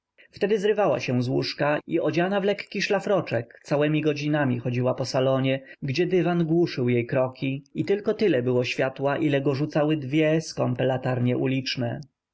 wtedy zrywała się z łóżka i odziana w lekki szlafroczek całemi godzinami chodziła po salonie gdzie dywan głuszył jej kroki i tylko tyle było światła ile go rzucały dwie skąpe latarnie uliczne